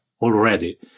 already